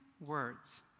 words